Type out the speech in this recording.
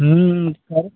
करो